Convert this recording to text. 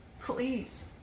please